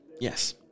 Yes